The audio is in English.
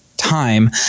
time